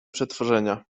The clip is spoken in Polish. przetworzenia